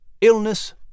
illness